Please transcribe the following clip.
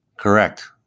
Correct